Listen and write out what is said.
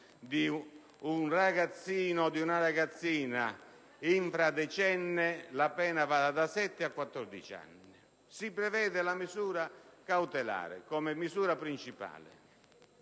di un ragazzino o di una ragazzina infradecenne la pena vada da sette a quattordici anni. Si prevede cioè la misura cautelare come misura principale.